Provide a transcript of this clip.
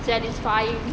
satisfying